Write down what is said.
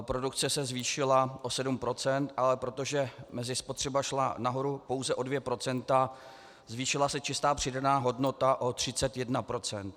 Produkce se zvýšila o 7 %, ale protože mezispotřeba šla nahoru pouze o 2 %, zvýšila se čistá přidaná hodnota o 31 %.